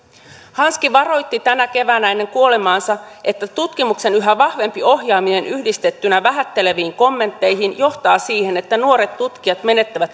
hanski varoitti tänä keväänä ennen kuolemaansa että tutkimuksen yhä vahvempi ohjaaminen yhdistettynä vähätteleviin kommentteihin johtaa siihen että nuoret tutkijat menettävät